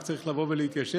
רק צריך לבוא ולהתיישב.